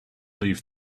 leave